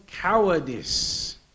cowardice